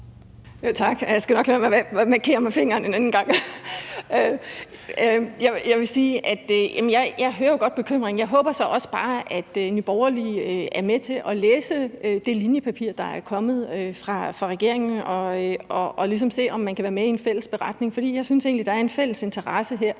Tak. Jeg skal nok lade være med at markere med fingeren en anden gang. Jeg vil sige, at jeg hører jo godt bekymringen. Jeg håber så også bare, at Nye Borgerlige er med til at læse det linjepapir, der er kommet fra regeringen, og ligesom se, om man kan være med i en fælles beretning, for jeg synes egentlig, at der her er en fælles interesse i